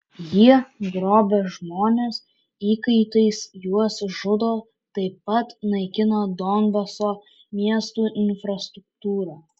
jie grobia žmones įkaitais juos žudo taip pat naikina donbaso miestų infrastruktūrą